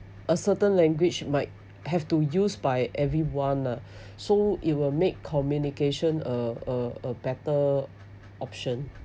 a certain language might have to use by everyone ah so it will make communication a a a better option